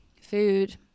food